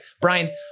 Brian